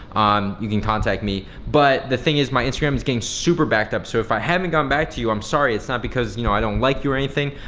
you can contact me. but the thing is my instagram is getting super backed up so if i haven't gotten back to you i'm sorry, it's not because you know i don't like you or anything,